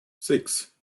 six